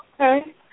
Okay